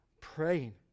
praying